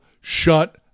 shut